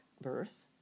birth